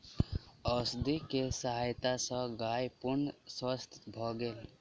औषधि के सहायता सॅ गाय पूर्ण स्वस्थ भ गेल